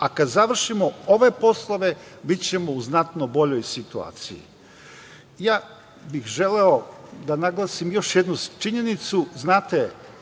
a kada završimo ove poslove bićemo u znatno boljoj situaciji. Želeo bih da naglasim još jednu činjenicu.